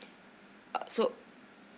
uh so